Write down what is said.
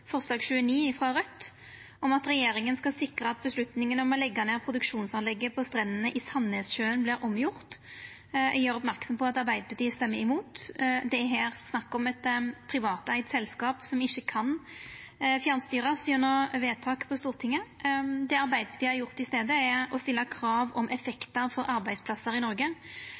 forslag nr. 29, frå Raudt, om å be «regjeringen sikre at beslutningen om å legge ned produksjonsanlegget på Strendene i Sandnessjøen blir omgjort.» Eg gjer merksam på at Arbeidarpartiet stemmer mot. Det er her snakk om eit privateigd selskap som ikkje kan fjernstyrast gjennom vedtak på Stortinget. Det Arbeidarpartiet har gjort i staden, er å stilla krav om effektar for arbeidsplassar i Noreg.